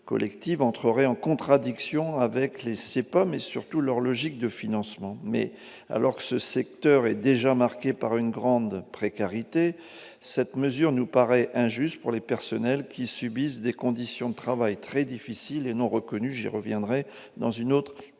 collectives entreraient en contradiction avec les CPOM, surtout avec leur logique de financement. Alors que le secteur est déjà marqué par une grande précarité, cette mesure nous paraît injuste pour les personnels qui subissent des conditions de travail très difficiles et non reconnues ; je reviendrai sur ce point